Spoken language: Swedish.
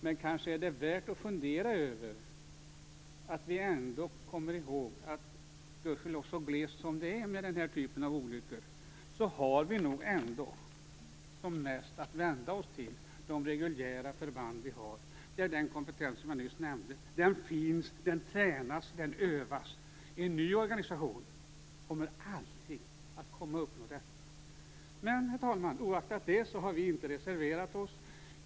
Men kanske är det ändå värt att komma ihåg att eftersom det gudskelov är så glest som det är med sådana här olyckor har vi nog ändå som mest att vända oss till de reguljära förband vi har. Det är den kompetens som jag nyss nämnde. Den finns, den tränas, den övas. En ny organisation kommer aldrig att kunna uppnå detta. Men, herr talman, oaktat det har vi inte reserverat oss.